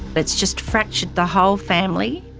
but it's just fractured the whole family.